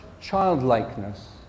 childlikeness